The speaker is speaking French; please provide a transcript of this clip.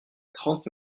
trente